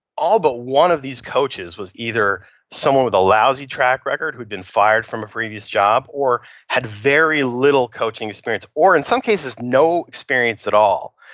all but one of these coaches was either someone with a lousy track record, who been fired from a previous job or had very little coaching experience or in some cases no experience at all.